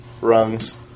rungs